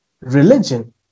religion